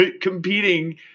competing